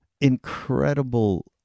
incredible